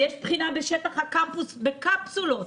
יש בחינה בשטח הקמפוס בקפסולות.